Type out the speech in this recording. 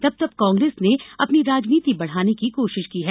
तब तब कांग्रेस ने अपनी राजनीति बढ़ाने की कोशिश की है